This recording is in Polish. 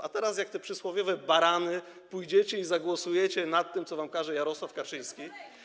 A teraz, jak te przysłowiowe barany, pójdziecie i zagłosujecie tak, jak wam każe Jarosław Kaczyński.